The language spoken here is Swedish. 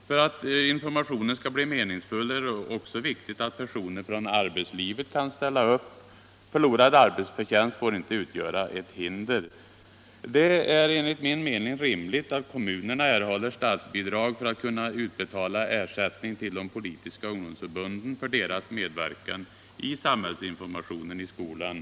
För att informationen skall bli meningsfull är det Nr 95 också viktigt att personer från arbetslivet kan ställa upp. Förlorad ar Torsdagen den betsförtjänst får inte utgöra ett hinder. I april 1976 Det är enligt min mening rimligt att kommunerna erhåller statsbidrag för att kunna utbetala ersättning till de politiska ungdomsförbunden för Om de politiska deras medverkan i samhällsinformationen i skolan.